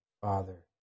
Father